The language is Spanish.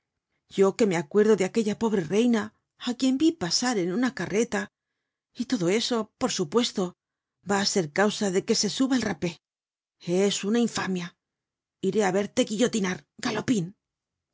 yo que me acuerdo de aquella pobre reina á quien vi pasar en una carreta y todo eso por supuesto va á ser causa de que se suba el rapé es una infamia iré á verle guillotinar galopin